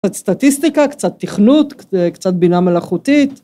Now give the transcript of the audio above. קצת סטטיסטיקה, קצת תכנות, קצת בינה מלאכותית,